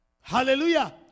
Hallelujah